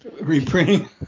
Reprinting